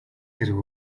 хэрэг